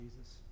Jesus